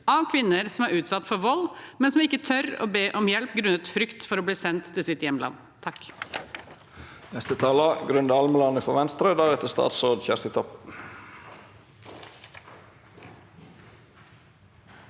av kvinner som er utsatt for vold, men som ikke tør å be om hjelp grunnet frykt for å bli sendt til sitt hjemland.